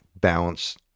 balance